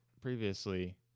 previously